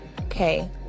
okay